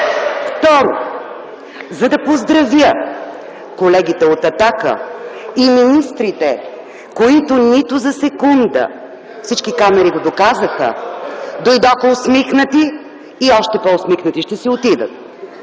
Второ, за да поздравя колегите от „Атака” и министрите, които нито за секунда – всички камери го доказаха, дойдоха усмихнати и още по-усмихнати ще си отидат.